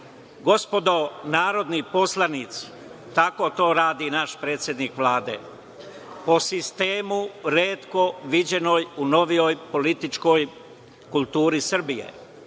narodni poslanici, tako to radi naš predsednik Vlade. Po sistemu retko viđenom u novijoj političkoj kulturi Srbije.